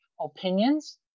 opinions